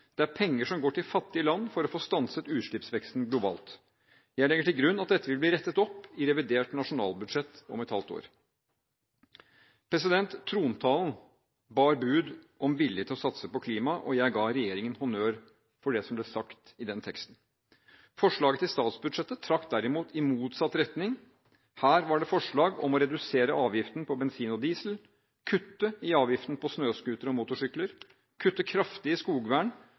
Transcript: Det er penger som går til fattige land for å få stanset utslippsveksten globalt. Jeg legger til grunn at dette vil bli rettet opp i revidert nasjonalbudsjett om et halvt år. Trontalen bar bud om vilje til å satse på klima, og jeg ga regjeringen honnør for det som ble sagt i den teksten. Forslaget til statsbudsjett trakk derimot i motsatt retning – her var det forslag om å redusere avgiften på bensin og diesel å kutte i avgiften på snøscootere og motorsykler å kutte kraftig i skogvern,